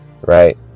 right